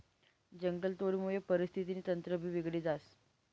जंगलतोडमुये परिस्थितीनं तंत्रभी बिगडी जास